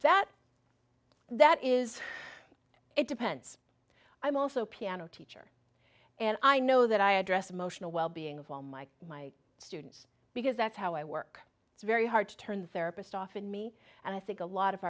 that that is it depends i'm also piano teacher and i know that i address emotional well being of all my my students because that's how i work it's very hard to turn the therapist off in me and i think a lot of